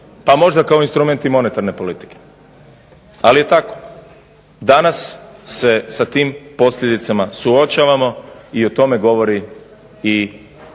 Pa možda kao instrument i monetarne politike. Ali je tako. Danas se sa tim posljedicama suočavamo, i o tome govori i